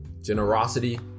Generosity